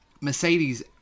Mercedes